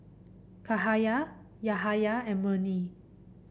Cahaya Yahaya and Murni